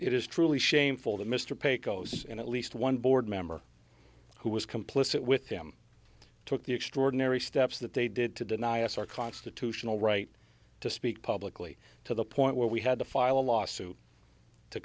it is truly shameful that mr pecos and at least one board member who was complicit with them took the extraordinary steps that they did to deny us our constitutional right to speak publicly to the point where we had to file a lawsuit to